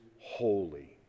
holy